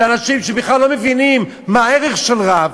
שאנשים שבכלל לא מבינים מה הערך של רב,